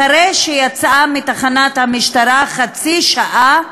אחרי שיצאה מתחנת המשטרה, חצי שעה,